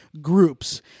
groups